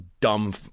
dumb –